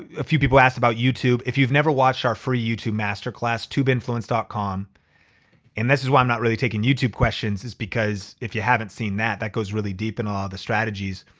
a few people asked about youtube. if you've never watched our free youtube masterclass tubeinfluence dot com and this is why i'm not really taking youtube questions is because if you haven't seen that, that goes really deep in all the strategies.